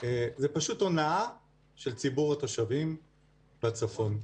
זה פשוט הונאה של ציבור התושבים בצפון,